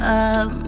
up